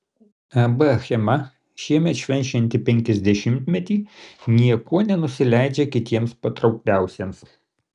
ab achema šiemet švenčianti penkiasdešimtmetį niekuo nenusileidžia kitiems patraukliausiems